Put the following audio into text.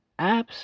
apps